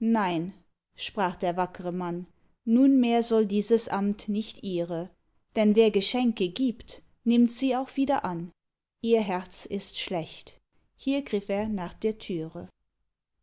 nein sprach der wackre mann nunmehr soll dieses amt nicht ihre denn wer geschenke gibt nimmt sie auch wieder an ihr herz ist schlecht hier griff er nach der türe